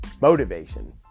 motivation